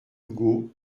ugo